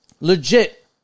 legit